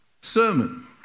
sermon